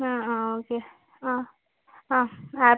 ആ ആ ഓക്കെ ആ ആ ആ